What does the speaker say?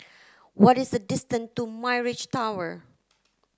what is the distance to Mirage Tower